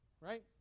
right